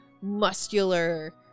muscular